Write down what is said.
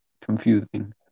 confusing